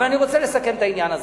אבל אני רוצה לסכם את העניין הזה.